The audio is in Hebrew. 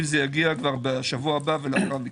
אם זה יגיע בשבוע הבא ולאחר מכן.